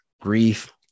grief